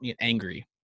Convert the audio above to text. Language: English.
angry